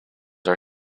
are